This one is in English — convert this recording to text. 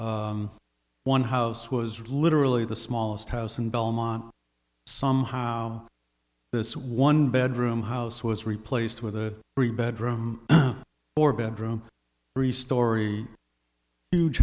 s one house was literally the smallest house in belmont somehow this one bedroom house was replaced with a three bedroom or bedroom re story huge